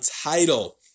title